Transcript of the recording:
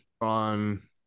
on